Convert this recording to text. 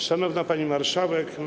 Szanowna Pani Marszałek!